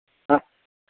आँय